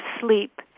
sleep